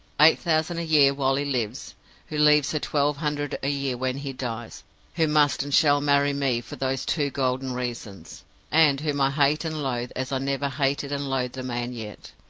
eight thousand a year while he lives who leaves her twelve hundred a year when he dies who must and shall marry me for those two golden reasons and whom i hate and loathe as i never hated and loathed a man yet.